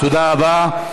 תודה רבה.